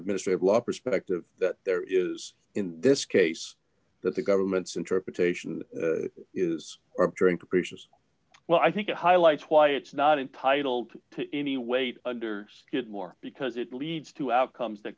administrative law perspective that there is in this case that the government's interpretation is drink pieces well i think it highlights why it's not intitled to any weight under skidmore because it leads to outcomes t